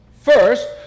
First